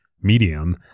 medium